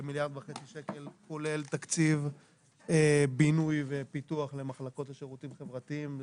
בכ-1.5 מיליארד שקל כולל תקציב בינוי ופיתוח למחלקות לשירותים חברתיים.